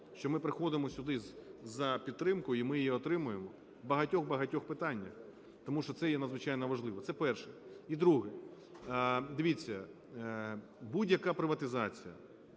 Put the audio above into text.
що ми приходимо сюди за підтримкою, і ми її отримуємо в багатьох-багатьох питаннях, тому що це є надзвичайно важливо. Це перше. І друге. Дивіться, будь-яка приватизація